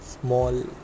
Small